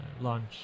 launch